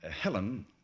Helen